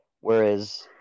whereas